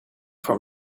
from